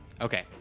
Okay